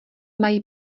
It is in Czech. mají